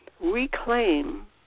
reclaim